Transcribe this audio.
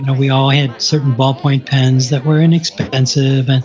and we all had certain ball point pens that were inexpensive, and